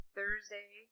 Thursday